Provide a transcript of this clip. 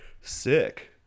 Sick